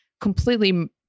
completely